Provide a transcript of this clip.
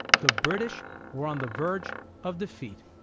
the british were on the verge of defeat.